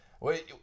Wait